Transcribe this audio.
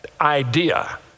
idea